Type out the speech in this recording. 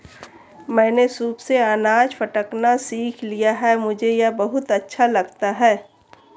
मैंने सूप से अनाज फटकना सीख लिया है मुझे यह बहुत अच्छा लगता है